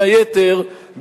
בין היתר,